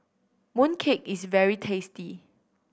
mooncake is very tasty